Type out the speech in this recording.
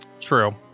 True